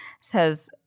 says